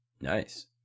Nice